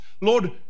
Lord